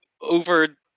over